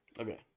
Okay